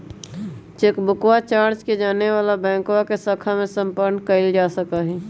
चेकबुकवा चार्ज के जाने ला बैंकवा के शाखा में संपर्क कइल जा सका हई